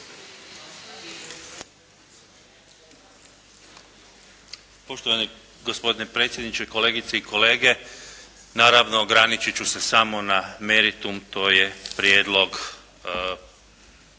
Poštovani gospodine predsjedniče, kolegice i kolege. Naravno ograničit ću se samo na meritum to je prijedlog